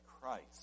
Christ